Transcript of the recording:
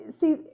see